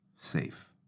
Safe